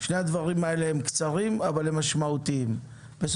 שני הדברים האלה הם קצרים, אבל הם משמעותיים.